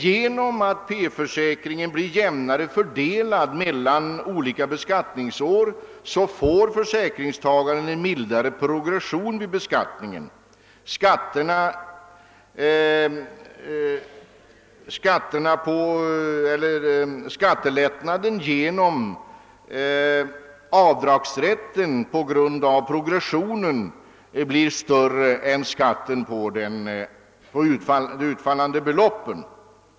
Genom att P-försäkringen blir jämnare fördelad mellan olika beskattningsår får försäkringstagaren en mildare progression vid beskattningen. Skattelättnaden genom avdragsrätt för premierna blir på grund av progressionen större än skatten på utfallande belopp.